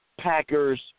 Packers